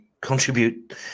contribute